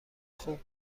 خوب